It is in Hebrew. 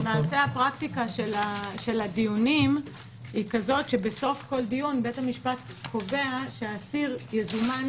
הפרקטיקה של הדיונים היא כזו שבסוף כל דיון בית המשפט קובע שהאסיר יזומן